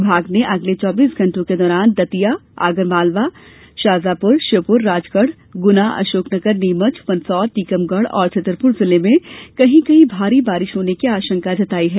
विभाग ने अगले चौबीस घंटों के दौरान शाजापुर आगरमालवा दतिया शिवपुरी श्योपुर राजगढ़ गुना अशोकनगर नीमच मंदसौर टीकमगढ़ और छतरपुर जिलों में कहीं कहीं भारी बारिश होने की भी आशंका जताई है